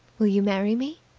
will you marry me?